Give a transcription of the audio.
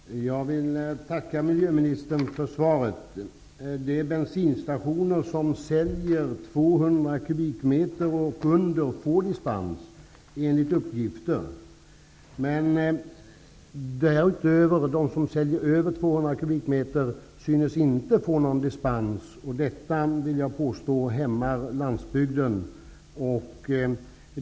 Herr talman! Jag vill tacka miljöministern för svaret. De bensinstationer som säljer 200 m3 och därunder får enligt uppgift dispens. Men de som säljer över 200 m3 synes inte få någon dispens. Jag vill påstå att detta hämmar landsbygden.